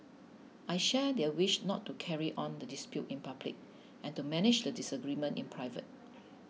I share their wish not to carry on the dispute in public and to manage the disagreement in private